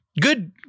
good